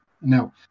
Now